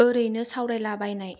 ओरैनो सावरायला बायनाय